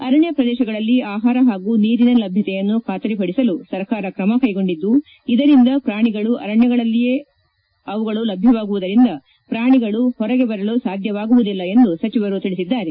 ಅರಣ್ಯ ಪ್ರದೇಶಗಳಲ್ಲಿ ಆಹಾರ ಹಾಗೂ ನೀರಿನ ಲಭ್ಯತೆಯನ್ನು ಖಾತರಿ ಪದಿಸಲು ಸರ್ಕಾರ ಕ್ರಮ ಕೈಗೊಂಡಿದ್ದು ಇದರಿಂದ ಪ್ರಾಣಿಗಳು ಅರಣ್ಯಗಳಲ್ಲಿಯೇ ಅವುಗಳು ಲಭ್ಯವಾಗುವುದರಿಂದ ಪ್ರಾಣಿಗಳು ಹೊರಗೆ ಬರಲು ಸಾಧ್ಯವಾಗುವುದಿಲ್ಲ ಎಂದು ಸಚಿವರು ತಿಳಿಸಿದ್ದಾರೆ